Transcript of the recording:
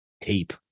tape